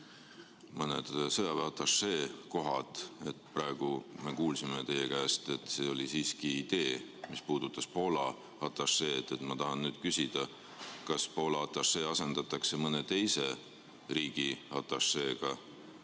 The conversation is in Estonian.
mõned sõjaväeatašeede kohad. Praegu me kuulsime teie käest, et see oli siiski idee, mis puudutas Poola atašeed. Ma tahan küsida, kas Poola atašee asendatakse mõne teise riigi atašeega